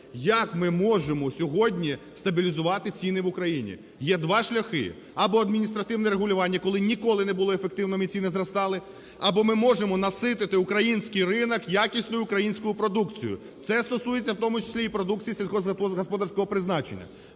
Як ми можемо сьогодні стабілізувати ціни в Україні? Є два шляхи: або адміністративне регулювання, ніколи не було ефективним і ціни зростали, або ми можемо наситити український ринок якісною українською продукцією, це стосується в тому числі і продукції сільськогосподарського призначення.